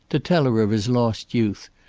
to tell her of his lost youth,